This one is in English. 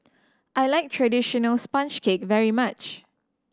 I like traditional sponge cake very much